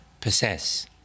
possess